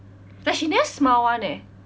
like she never smile [one] eh